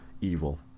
evil